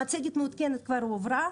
המצגת מעודכנת וכבר הועברה,